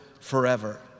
forever